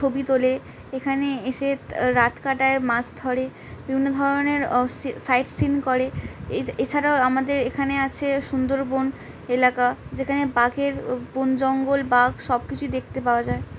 ছবি তোলে এখানে এসে রাত কাটায় মাছ ধরে বিভিন্ন ধরনের সাইটসিন করে এছাড়াও আমাদের এখানে আছে সুন্দরবন এলাকা যেখানে বাঘের বন জঙ্গল বাঘ সব কিছুই দেখতে পাওয়া যায়